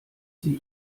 sie